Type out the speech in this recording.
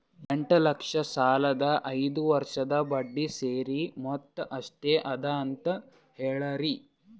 ಎಂಟ ಲಕ್ಷ ಸಾಲದ ಐದು ವರ್ಷದ ಬಡ್ಡಿ ಸೇರಿಸಿ ಮೊತ್ತ ಎಷ್ಟ ಅದ ಅಂತ ಹೇಳರಿ?